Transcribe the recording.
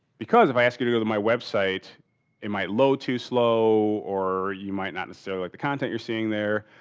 because if i ask you to go to my website it might load to slow or you might not necessarily like the content you're seeing there.